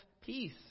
peace